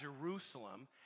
Jerusalem